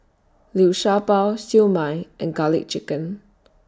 Liu Sha Bao Siew Mai and Garlic Chicken